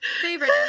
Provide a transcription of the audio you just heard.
favorite